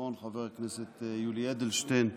והביטחון חבר הכנסת יולי אדלשטיין,